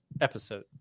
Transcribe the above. episode